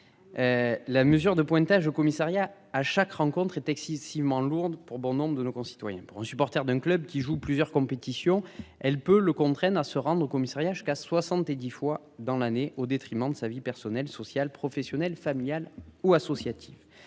La mesure de pointage au commissariat à chaque rencontre est excessivement lourde pour bon nombre de nos concitoyens pour supporter d'un club qui joue plusieurs compétitions elle peut le comprennent à se rendre au commissariat jusqu'à 70 fois dans l'année, au détriment de sa vie personnelle social professionnel familiale ou associative.